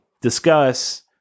discuss